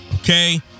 okay